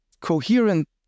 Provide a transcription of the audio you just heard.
coherent